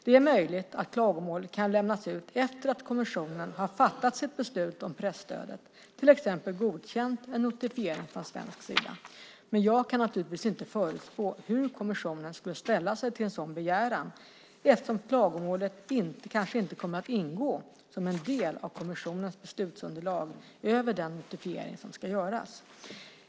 Det är möjligt att klagomålet kan lämnas ut efter att kommissionen har fattat ett beslut om presstödet, till exempel godkänt en notifiering från svensk sida. Men jag kan naturligtvis inte förutspå hur kommissionen skulle ställa sig till en sådan begäran, eftersom klagomålet kanske inte kommer ingå som en del av kommissionens beslutsunderlag över den notifiering som ska göras.